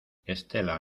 estela